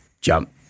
jump